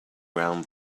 round